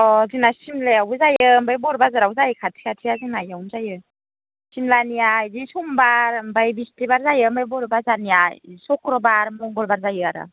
अ' जोंना सिमलायावबो जायो आमफ्राय बर' बाजाराव जायो जोंना खाथि खाथिखा जोंना बेयावनो जायो सिमलानिया बिदिनो समबार आमफ्राय बिस्थिबार जायो आमफ्राय बर' बाजारनिया शक्रुबार मंगलबार जायो आरो